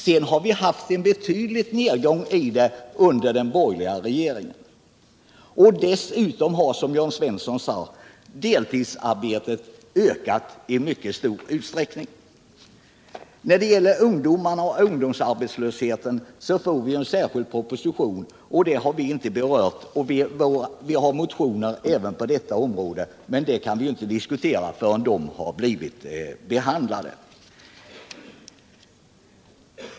Sedan har vi haft en betydlig nedgång i sysselsättningen under den borgerliga regeringens tid. Dessutom har, som Jörn Svensson sade, deltidsarbetet ökat i mycket stor utsträckning. När det gäller ungdomsarbetslösheten får vi senare en särskild proposition. Vi har därför inte nu berört den frågan. Vi har visserligen väckt motioner även på detta område, men dem kan vi ju inte diskutera förrän de har blivit behandlade.